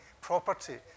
property